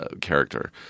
character